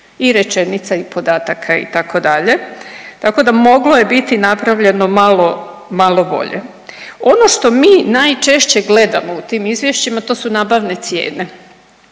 i rečenica i podataka itd., tako da moglo je biti napravljeno malo, malo bolje. Ono što mi najčešće gledamo u tim izvješćima to su nabavne cijene,